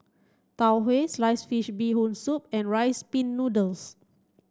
Tau Huay sliced fish bee hoon soup and rice pin noodles